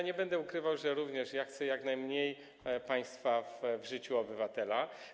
Nie będę ukrywał, że również ja chcę jak najmniej państwa w życiu obywatela.